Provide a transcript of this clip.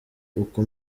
uko